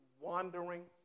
wandering